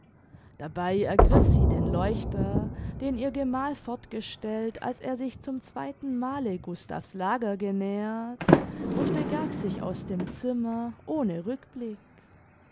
dabei ergriff sie den leuchter den ihr gemal fortgestellt als er sich zum zweitenmale gustav's lager genähert und begab sich aus dem zimmer ohne rückblick